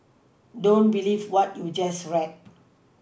don't believe what you just read